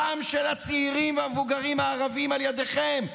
הדם של הצעירים והמבוגרים הערבים על ידיכם.